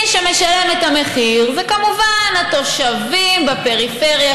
מי שמשלם את המחיר אלה כמובן התושבים בפריפריה,